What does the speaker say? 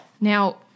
Now